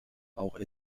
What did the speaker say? auch